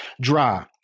Dry